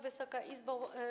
Wysoka Izbo!